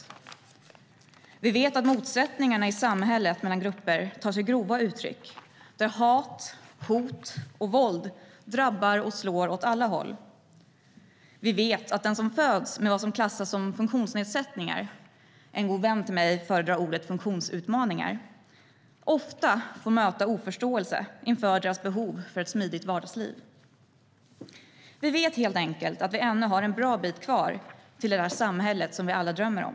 Vi vet att motsättningarna i samhället mellan grupper tar sig grova uttryck, där hat, hot och våld drabbar och slår åt alla håll. Vi vet att den som föds med det som klassas som funktionsnedsättningar - en god vän till mig föredrar ordet funktionsutmaningar - ofta får möta oförståelse inför sina behov för ett smidigt vardagsliv. Vi vet helt enkelt att vi ännu har en bra bit kvar till det där samhället som vi alla drömmer om.